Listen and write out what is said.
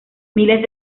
miles